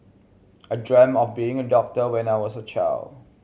I dreamt of being a doctor when I was a child